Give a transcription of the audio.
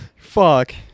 Fuck